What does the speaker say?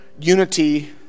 Unity